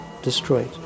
destroyed